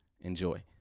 Enjoy